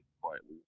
quietly